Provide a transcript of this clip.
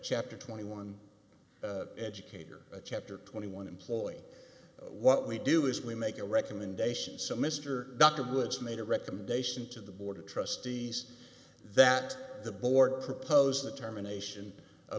chapter twenty one educator chapter twenty one employee what we do is we make a recommendation so mr dr woods made a recommendation to the board of trustees that the board proposed the termination